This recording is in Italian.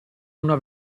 una